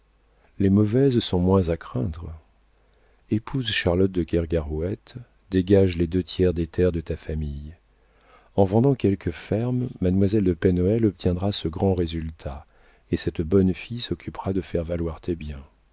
les mauvaises sont moins à craindre épouse charlotte de kergarouët dégage les deux tiers des terres de ta famille en vendant quelques fermes mademoiselle de pen hoël obtiendra ce grand résultat et cette bonne fille s'occupera de faire valoir